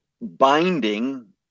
binding